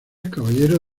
caballero